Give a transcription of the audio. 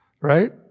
Right